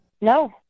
No